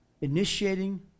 initiating